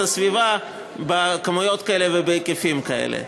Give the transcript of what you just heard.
הסביבה בכמויות כאלה ובהיקפים כאלה.